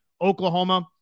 Oklahoma